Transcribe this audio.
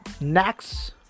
next